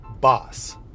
boss